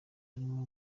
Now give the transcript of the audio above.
arimo